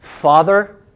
Father